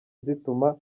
zituma